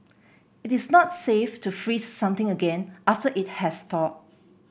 it is not safe to freeze something again after it has thawed